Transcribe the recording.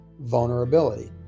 vulnerability